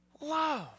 Love